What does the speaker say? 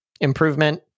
improvement